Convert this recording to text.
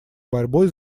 борьбой